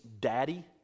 daddy